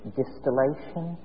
distillation